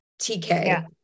TK